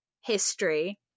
history